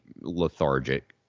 lethargic